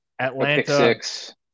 Atlanta